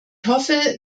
hoffe